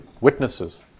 witnesses